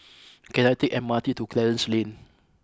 can I take the M R T to Clarence Lane